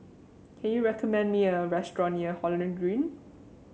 can you recommend me a restaurant near Holland Green